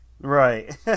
Right